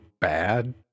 bad